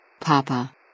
Papa